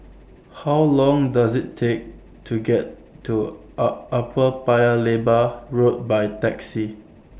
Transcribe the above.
How Long Does IT Take to get to up Upper Paya Lebar Road By Taxi